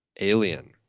Alien